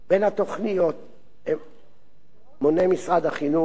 ובין התוכניות מונה משרד החינוך את אלה: